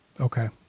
Okay